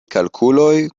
kalkuloj